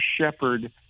shepherd